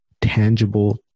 tangible